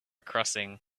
crossing